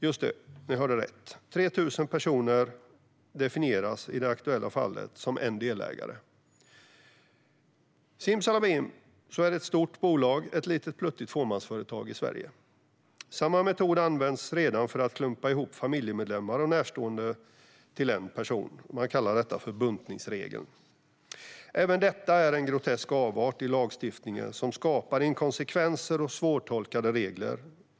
Just det, ni hörde rätt: 3 000 personer definieras i det aktuella fallet som en delägare. Simsalabim, så är ett stort bolag ett litet pluttigt fåmansföretag i Sverige. Samma metod används redan för att klumpa ihop familjemedlemmar och närstående till en person - man kallar detta för buntningsregeln. Även detta är en grotesk avart i lagstiftningen som skapar inkonsekvenser och svårtolkade regler.